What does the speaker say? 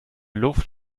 luft